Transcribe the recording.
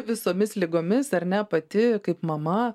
visomis ligomis ar ne pati kaip mama